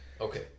Okay